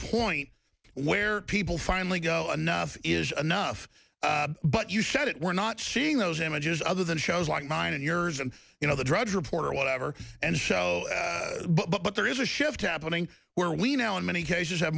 point where people finally go anough is enough but you said it we're not seeing those images other than shows like mine and yours and you know the drudge report or whatever and show but there is a shift happening where we now in many cases have